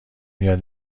میآید